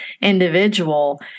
individual